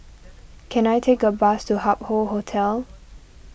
can I take a bus to Hup Hoe Hotel